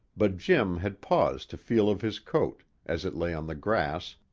but jim had paused to feel of his coat, as it lay on the grass,